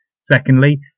Secondly